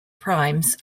primes